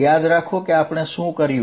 યાદ રાખો કે આપણે શું કહ્યું